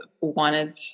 wanted